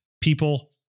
people